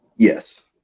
yes.